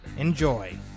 Enjoy